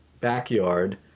backyard